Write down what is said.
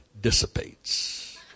dissipates